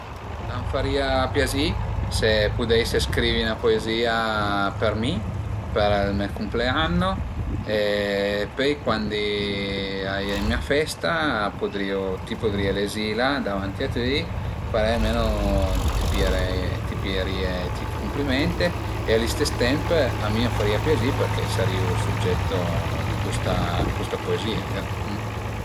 A m'farìa piazì se pudeise scrivi 'na poezia për mi për ël me cumpleanno e pöi cuandi a ie mia festa pudrìu, ti pudrìe lezila davanti a tüi, parei almenu ti piere-e, ti pierìe tüti i cumplimente e al istes temp a mi a m'farìa piazì perché sarìu ël suggetto de custa custa puezìa, grazie